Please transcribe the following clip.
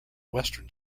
western